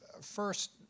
first